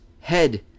head